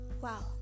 wow